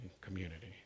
community